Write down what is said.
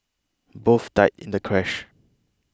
both died in the crash